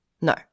No